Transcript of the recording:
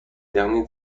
dernier